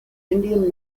indian